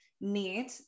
need